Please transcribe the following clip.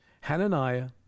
Hananiah